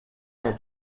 your